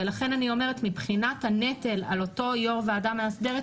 לכן מבחינת הנטל על אותו יושב-ראש ועדה מאסדרת,